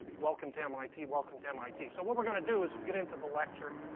welcome to mit, welcome to mit. so what we're going to do is we'll get into the lecture,